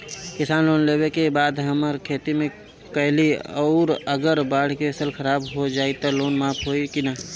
किसान लोन लेबे के बाद अगर हम खेती कैलि अउर अगर बाढ़ मे फसल खराब हो जाई त लोन माफ होई कि न?